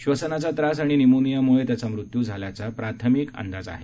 श्वसनाचा त्रास आणि निमोनिया मुळे त्यांचा मृत्यु झाल्याचा प्राथमिक अंदाज आहे